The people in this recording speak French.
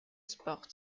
sport